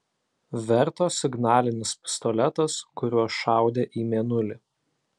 verto signalinis pistoletas kuriuo šaudė į mėnulį